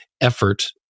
effort